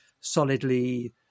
solidly